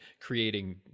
creating